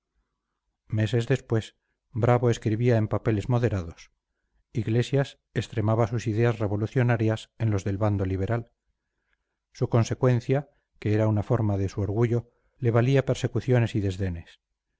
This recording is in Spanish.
meses después brabo escribía en papeles moderados iglesias extremaba sus ideas revolucionarias en los del bando liberal su consecuencia que era una forma de su orgullo le valía persecuciones y desdenes